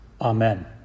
amen